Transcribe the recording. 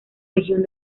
legión